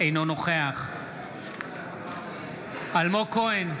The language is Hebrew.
אינו נוכח אלמוג כהן,